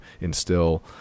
instill